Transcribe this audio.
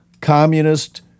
communist